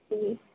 ہوں